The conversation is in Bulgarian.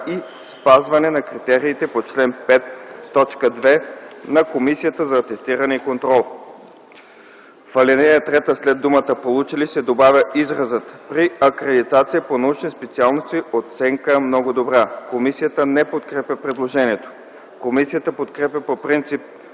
„и спазване на критериите по чл. 5, т. 2 на Комисията за атестиране и контрол”. 2. В ал. 3 след думата „получили” се добавя изразът „при акредитация по научни специалности оценка „много добра”.” Комисията не подкрепя предложението. Комисията подкрепя по принцип